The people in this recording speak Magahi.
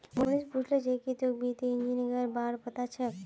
मोहनीश पूछले जे की तोक वित्तीय इंजीनियरिंगेर बार पता छोक